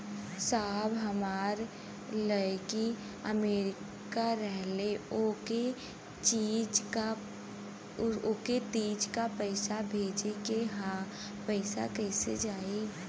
साहब हमार लईकी अमेरिका रहेले ओके तीज क पैसा भेजे के ह पैसा कईसे जाई?